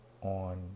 on